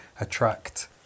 attract